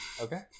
Okay